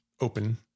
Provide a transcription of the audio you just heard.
open